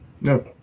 no